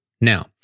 Now